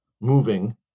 moving